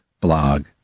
blog